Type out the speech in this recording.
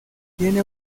tiene